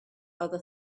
other